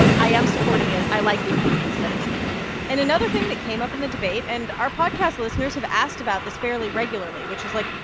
i am supporting it. i like the improvements that it's made and another thing that came up in the debate and our podcast listeners have asked about this fairly regularly, which is, like,